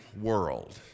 world